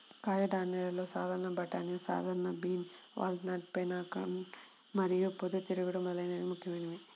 కాయధాన్యాలలో సాధారణ బఠానీ, సాధారణ బీన్, వాల్నట్, పెకాన్ మరియు పొద్దుతిరుగుడు మొదలైనవి ముఖ్యమైనవి